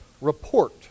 report